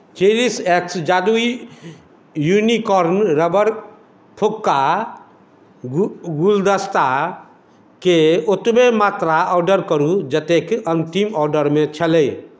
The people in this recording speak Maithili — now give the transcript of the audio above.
चेरिश एक्स जादुई यूनिकॉर्न रबर फुक्का गुल गुलदस्ताके ओतबे मात्रा ऑर्डर करू जतेक अन्तिम ऑर्डरमे छलै